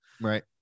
Right